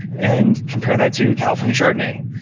and compare that to california chardonnay,